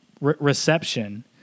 reception